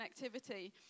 connectivity